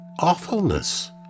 awfulness